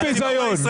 זה בושה, זה בושה.